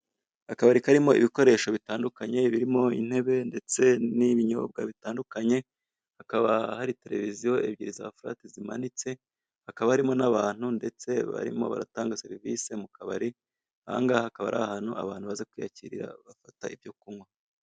akabari karimo ibikoresho bitandukanye birimo intebe ndetse n'ibinyobwa bitandukanye hakaba hari terevisiyo ebyiri za flat zimanitse hakaba harimo n'abantu ndetse barimo baratanga serivise mu kabari aha ngaha hakaba ari ahantu baza kwiyakirira bafata ibyo kunkwa.